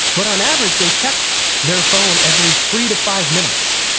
but on average they checked their phone every three to five minutes.